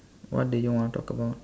what do you want to talk about